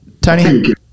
Tony